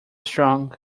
strong